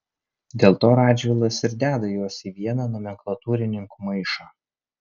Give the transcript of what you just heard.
dėl to radžvilas ir deda juos į vieną nomenklatūrininkų maišą